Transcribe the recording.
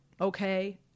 okay